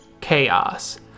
chaos